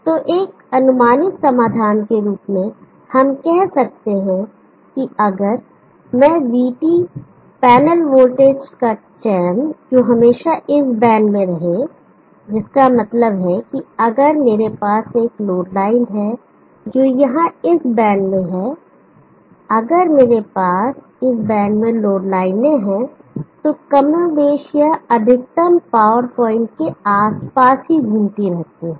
तो एक अनुमानित समाधान के रूप में हम कह सकते हैं कि अगर मैं vT पैनल वोल्टेज का चयन जो हमेशा इसी बैंड में रहे जिसका मतलब है कि अगर मेरे पास एक लोड लाइन है जो यहां इस बैंड में है अगर मेरे पास उस बैंड में लोड लाइनें हैं तो कमोबेश यह अधिकतम पावर प्वाइंट के आसपास ही घूमती रहती है